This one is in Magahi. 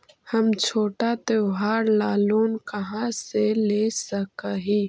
हम छोटा त्योहार ला लोन कहाँ से ले सक ही?